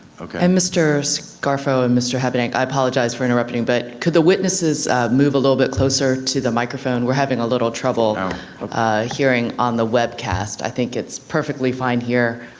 okay. and um mr. scarfo and mr. habedank, i apologize for interrupting, but could the witnesses move a little bit closer to the microphone, we're having a little trouble hearing on the webcast. i think it's perfectly fine here,